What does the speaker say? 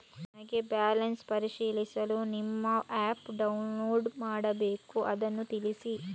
ನನಗೆ ಬ್ಯಾಲೆನ್ಸ್ ಪರಿಶೀಲಿಸಲು ನಿಮ್ಮ ಆ್ಯಪ್ ಡೌನ್ಲೋಡ್ ಮಾಡಬೇಕು ಅದನ್ನು ತಿಳಿಸಿ?